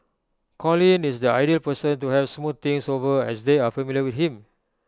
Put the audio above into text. Colin is the ideal person to help smooth things over as they are familiar with him